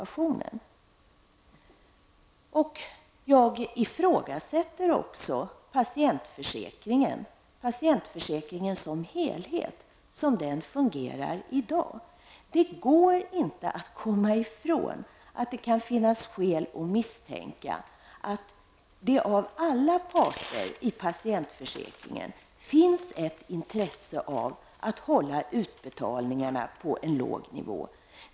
Jag ifrågasätter också patientförsäkringen som helhet, såsom denna fungerar i dag. Det går inte att komma ifrån att det kan finnas skäl att misstänka att det hos alla parter finns ett intresse av att hålla utbetalningarna på en låg nivå.